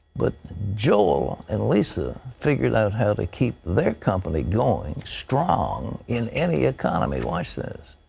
but joel and lisa figured out how to keep their company going strong in any economy. watch this.